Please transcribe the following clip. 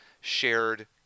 shared